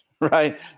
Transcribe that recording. Right